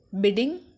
bidding